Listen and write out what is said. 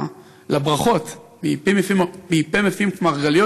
לברכות מפה מפיק מרגליות,